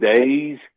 days